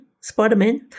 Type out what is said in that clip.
Spider-Man